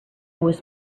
was